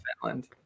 Finland